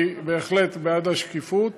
אני בהחלט בעד השקיפות,